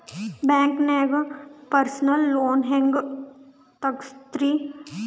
ಬ್ಯಾಂಕ್ದಾಗ personal loan ಹೆಂಗ್ ತಗ್ಸದ್ರಿ?